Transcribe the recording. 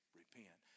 repent